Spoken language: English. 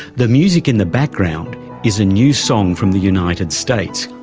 the music in the background is a new song from the united states,